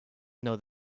know